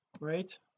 right